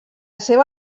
seva